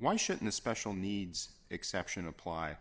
why should the special needs exception apply